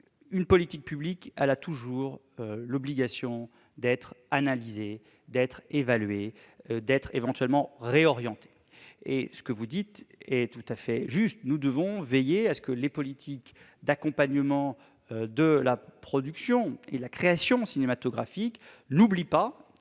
une politique publique a toujours vocation à être analysée, évaluée et, le cas échéant, réorientée. Ce que vous dites est tout à fait juste : nous devons veiller à ce que les politiques d'accompagnement de la production et de la création cinématographiques n'oublient pas